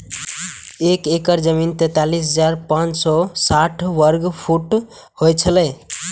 एक एकड़ जमीन तैंतालीस हजार पांच सौ साठ वर्ग फुट होय छला